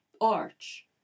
arch